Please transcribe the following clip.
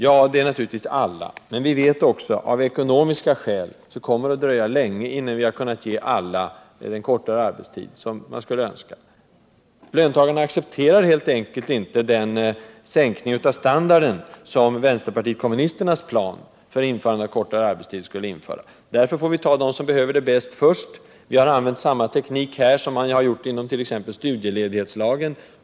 Ja, det är naturligtvis alla. Men vi vet också att det av ekonomiska skäl kommer att dröja länge innan vi har kunnat ge alla den kortare arbetstid som man skulle önska. Löntagarna accepterar helt enkelt inte den sänkning av standarden som vänsterpartiet kommunisternas plan för införande av kortare arbetstid skulle medföra. Därför får vi först ta dem som först behöver kortare arbetstid. Vi har använt samma teknik här som man har använt t.ex. i fråga om studieledighetslagen.